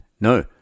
No